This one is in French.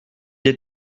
est